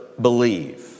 believe